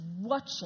watching